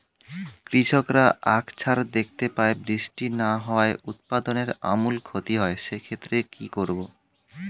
কৃষকরা আকছার দেখতে পায় বৃষ্টি না হওয়ায় উৎপাদনের আমূল ক্ষতি হয়, সে ক্ষেত্রে কি করব?